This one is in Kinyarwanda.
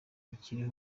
ntikiri